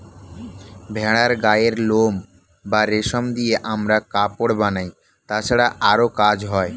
ভেড়ার গায়ের লোম বা রেশম দিয়ে আমরা কাপড় বানাই, তাছাড়াও আরো কাজ হয়